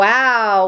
Wow